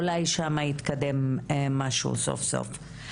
אולי שם יתקדם משהו סוף סוף.